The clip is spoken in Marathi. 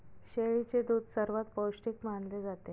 शेळीचे दूध सर्वात पौष्टिक मानले जाते